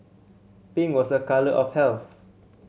pink was a colour of health